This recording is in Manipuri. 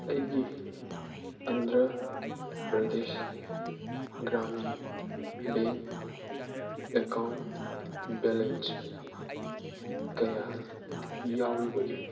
ꯑꯩꯒꯤ Andhra Pradesh Grameen bank account balance ꯀꯌꯥ ꯌꯥꯎꯔꯤꯕꯒꯦ